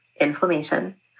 inflammation